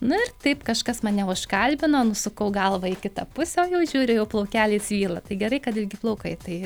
nu ir taip kažkas mane užkalbino nusukau galvą į kitą pusę o jau žiūriu jau plaukeliai svyla tai gerai kad ilgi plaukai tai